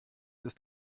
ist